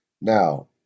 Now